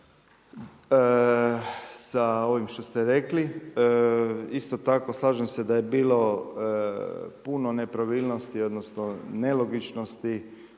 sa ovim što ste rekli. Isto tako slažem se da je bilo puno nepravilnosti odnosno nelogičnosti